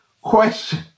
question